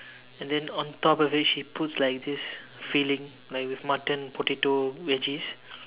and then on top of it she puts like this filling like with Mutton potato veggies